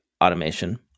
automation